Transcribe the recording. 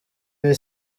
ibi